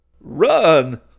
Run